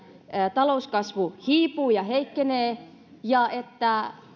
talouskasvu hiipuu ja heikkenee ja että